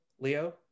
Leo